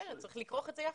צריך לכרוך את זה יחד.